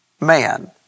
man